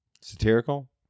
Satirical